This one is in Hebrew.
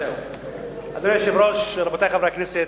אדוני היושב-ראש, רבותי חברי הכנסת,